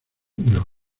los